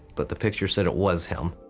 but the picture said, it was him.